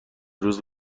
روز